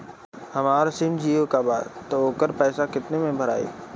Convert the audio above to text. हमार सिम जीओ का बा त ओकर पैसा कितना मे भराई?